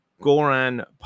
Goran